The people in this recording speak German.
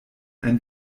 ein